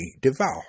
devour